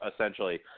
essentially